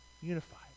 unified